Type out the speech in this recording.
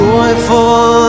Joyful